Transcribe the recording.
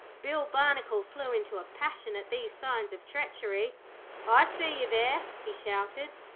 bill barnacle flew into a passion at these signs of treachery i see you there he shouted.